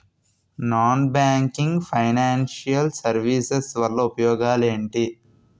Non banking financial services వల్ల ఉపయోగాలు ఎంటి?